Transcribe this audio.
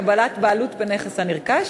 קבלת בעלות בנכס הנרכש,